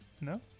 No